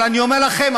אבל אני אומר לכם,